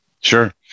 Sure